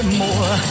more